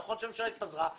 נכון שהממשלה התפזרה,